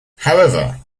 however